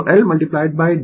तो L d iLdtVm sin ωt